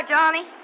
Johnny